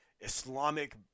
Islamic